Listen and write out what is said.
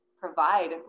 provide